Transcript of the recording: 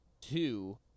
Two